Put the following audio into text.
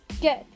Good